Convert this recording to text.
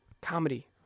Comedy